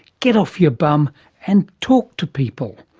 get off your bum and talk to people.